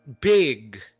big